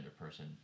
person